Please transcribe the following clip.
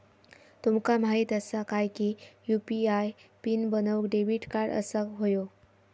तुमका माहित असा काय की यू.पी.आय पीन बनवूक डेबिट कार्ड असाक व्हयो